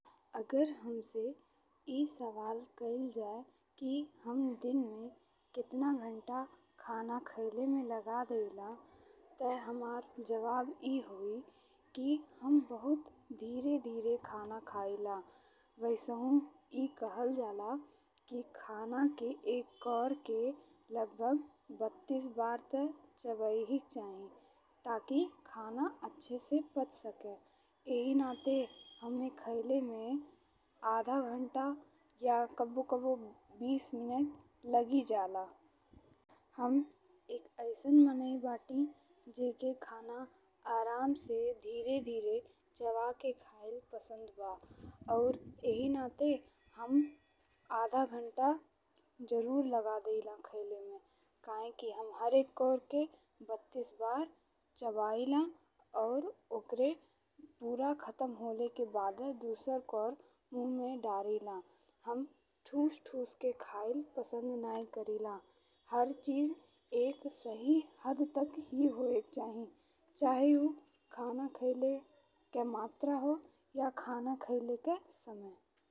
अगर हमसे ई सवाल कइल जाये कि हम दिन में कतना घंटा खाना खइले में लगा देला ता हमार जवाब ए होई कि हम बहुत धीरे-धीरे खाना खइला। वैसहू ए कहल जाला कि खाना के एक कौर के लगभग बत्तीस बार ते चबाई क चाही। ताकि खाना अच्छे से पचि सके। एही नाते हम्मे खइले में आधा घंटा या कब्बो-कब्बो बीस मिनट लगी जाला। हम एक अइसन मनई बानी जेके खाना आराम से धीरे-धीरे चबा के खाइला पसंद बा अउर एही नाते हम आधा घंटा जरूर लग देला खइले में। काहेकि हम हर एक कौर के बत्तीस बार चबाइल अउर ओकरा पूरा खतम हेले के बादे दुसर कौर मुँह में धइला। हम ठूस-ठूस के खाइला पसंद नाहीं करिला। हर चीज एक सही हद तक ही होएक चाही। चाहे ऊ खाना खइले के मात्रा हो या खाना खइले के समय।